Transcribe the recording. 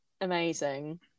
Amazing